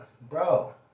bro